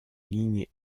lignes